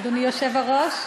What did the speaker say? אדוני היושב-ראש,